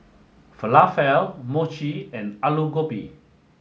Falafel Mochi and Alu Gobi